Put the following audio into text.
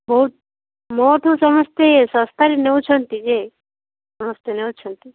ମୋ ମୋଠୁ ସମସ୍ତେ ଶସ୍ତାରେ ନେଉଛନ୍ତି ଯେ ସମସ୍ତେ ନେଉଛନ୍ତି